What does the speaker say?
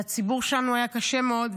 לציבור שלנו היה קשה מאוד,